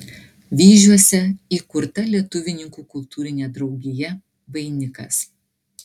vyžiuose įkurta lietuvininkų kultūrinė draugija vainikas